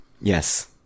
Yes